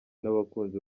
n’abakunzi